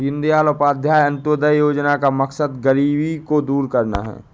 दीनदयाल उपाध्याय अंत्योदय योजना का मकसद गरीबी को दूर करना है